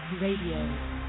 Radio